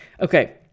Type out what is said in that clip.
Okay